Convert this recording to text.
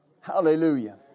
hallelujah